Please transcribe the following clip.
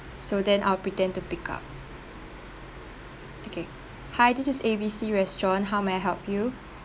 so then I'll pretend to pick up okay hi this is A_B_C restaurant how may I help you